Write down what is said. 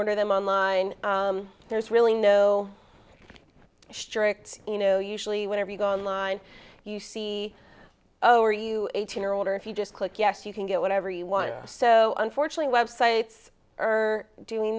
order them online there's really no strict you know usually whenever you go online you see oh are you eighteen or older if you just click yes you can get whatever you want so unfortunately web sites are doing